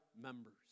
members